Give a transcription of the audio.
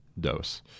dose